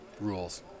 rules